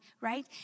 right